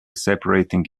separating